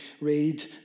read